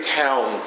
town